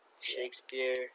Shakespeare